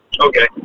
Okay